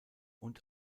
und